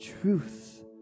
truth